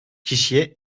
kişiye